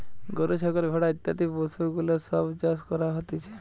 গরু, ছাগল, ভেড়া ইত্যাদি পশুগুলার সব চাষ করা হতিছে